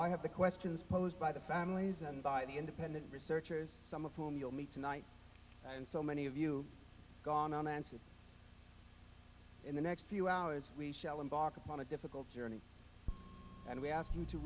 why have the questions posed by the families and by the independent researchers some of whom you'll meet tonight and so many of you gone unanswered in the next few hours we shall embark on a difficult journey and we ask